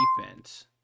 defense